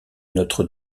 notre